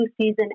season